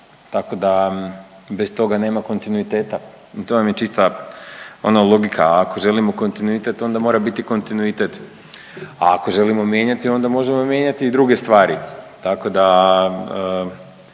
tako da bez toga nema kontinuiteta i to vam je čista ono logika. Ako želimo kontinuitet onda mora biti kontinuitet, a ako želimo mijenjati onda možemo mijenjati i druge stvari.